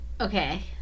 Okay